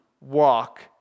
walk